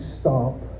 stop